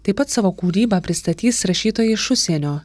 taip pat savo kūrybą pristatys rašytojai iš užsienio